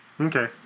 okay